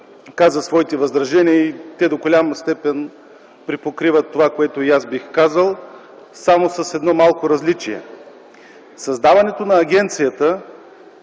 каза своите възражения. Те до голяма степен припокриват това, което и аз бих казал, само с едно малко различие – създаването на агенцията